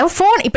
phone